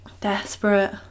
desperate